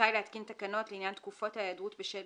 רשאי להתקין תקנות לעניין תקופות ההיעדרות בשל